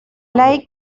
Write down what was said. like